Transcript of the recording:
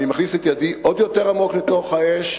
אני מכניס את ידי עוד יותר עמוק לתוך האש,